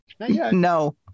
No